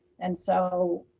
and so